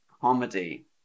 comedy